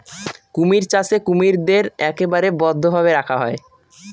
কুমির চাষে কুমিরদের একেবারে বদ্ধ ভাবে রাখা হয়